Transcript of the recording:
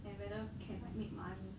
and whether can like make money